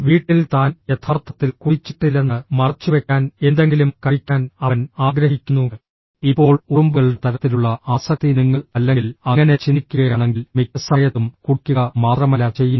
വീട്ടിൽ താൻ യഥാർത്ഥത്തിൽ കുടിച്ചിട്ടില്ലെന്ന് മറച്ചുവെക്കാൻ എന്തെങ്കിലും കഴിക്കാൻ അവൻ ആഗ്രഹിക്കുന്നു ഇപ്പോൾ ഉറുമ്പുകളുടെ തരത്തിലുള്ള ആസക്തി നിങ്ങൾ അല്ലെങ്കിൽ അങ്ങനെ ചിന്തിക്കുകയാണെങ്കിൽ മിക്ക സമയത്തും കുടിക്കുക മാത്രമല്ല ചെയ്യുന്നത്